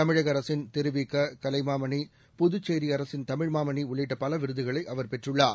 தமிழக அரசின் திருவிக கலைமாமணி புதுச்சேரி அரசின் தமிழ் மாமணி உள்ளிட்ட பல விருதுகளை அவர் பெற்றுள்ளார்